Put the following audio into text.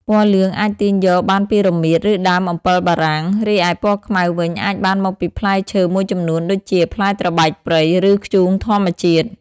ពណ៌លឿងអាចទាញយកបានពីរមៀត ឬដើមអំពិលបារាំង រីឯពណ៌ខ្មៅវិញអាចបានមកពីផ្លែឈើមួយចំនួនដូចជាផ្លែត្របែកព្រៃ ឬធ្យូងធម្មជាតិ។